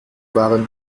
waren